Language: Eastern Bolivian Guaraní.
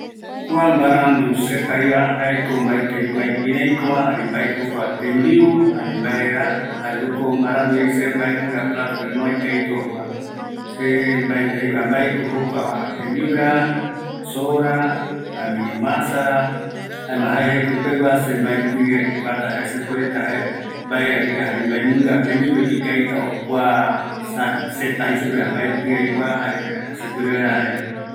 ﻿Kua mbarandu zetaiva jaeko aikua kiraikova ani mbaeko joku tembiu ani mbaera jare joko mbarandu jeise mbaenunga platope ma ikavita ojova, se mbaeti aikua mbaeko jokuava tembiura, soora, ani masara jaema jae jekopegua se mbaeti aikuata jare sepuereta jae mbae rako ikavi jare mbaenunga tembiupeko ikavita ojo kua sa zeta jeisupeva mbaeti aikua jare se puere vaera jae